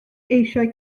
eisiau